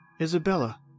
Isabella